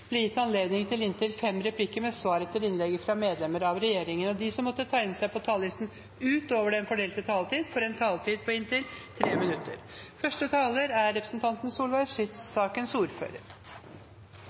gitt anledning til fem replikker med svar etter innlegg fra medlemmer av regjeringen, og de som måtte tegne seg på talerlisten utover den fordelte taletid, får en taletid på inntil 3 minutter.